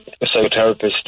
psychotherapist